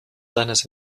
seines